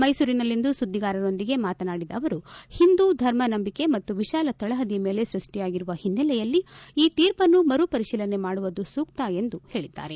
ಮೈಸೂರಿನಲ್ಲಿಂದು ಸುದ್ವಿಗಾರರೊಂದಿಗೆ ಮಾತನಾಡಿದ ಅವರು ಹಿಂದೂ ಧರ್ಮ ನಂಬಿಕೆ ಮತ್ತು ವಿಶಾಲ ತಳಪದಿಯ ಮೇಲೆ ಸೃಷ್ಠಿಯಾಗಿರುವ ಒನ್ನೆಲೆಯಲ್ಲಿ ಈ ತೀರ್ಪನ್ನು ಮರುಪರಿಶೀಲನೆ ಮಾಡುವುದು ಸೂಕ್ತ ಎಂದು ಹೇಳಿದ್ದಾರೆ